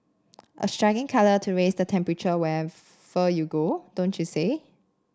a striking colour to raise the temperature wherever you go don't you say